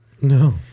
No